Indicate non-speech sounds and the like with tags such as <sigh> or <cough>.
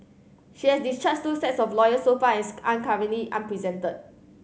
she has discharged two sets of lawyers so far as <unintelligible> currently unrepresented